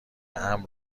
امن